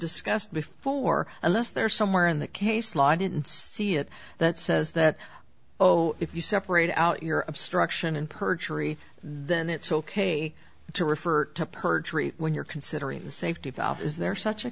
discussed before unless there somewhere in that case law i didn't see it that says that oh if you separate out your struction and perjury then it's ok to refer to perjury when you're considering the safety valve is there such a